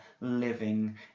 living